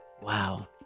wow